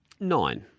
Nine